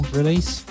release